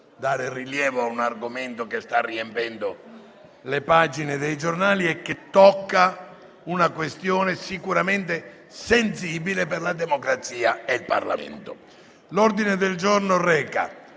dare rilievo a un argomento che sta riempiendo le pagine dei giornali e che tocca una questione sicuramente sensibile per la democrazia e il Parlamento. **Discussione del